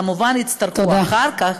כמובן יצטרכו אחר כך,